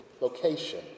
location